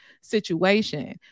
situation